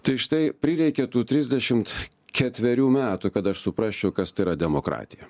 tai štai prireikė tų trisdešimt ketverių metų kad aš suprasčiau kas tai yra demokratija